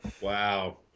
wow